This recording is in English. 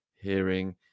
hearing